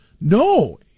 No